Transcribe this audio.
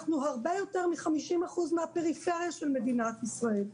אנחנו הרבה יותר מ-50% מהפריפריה של מדינת ישראל.